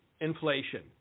inflation